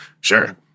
Sure